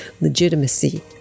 legitimacy